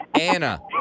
Anna